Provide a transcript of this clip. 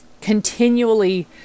continually